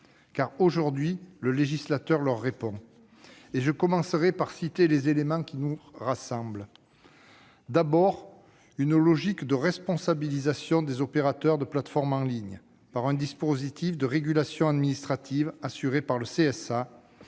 car aujourd'hui le législateur répond. Je commencerai par citer les éléments qui nous rassemblent. D'abord, une logique de responsabilisation des opérateurs de plateforme en ligne par un dispositif de régulation administrative, assurée par le CSA,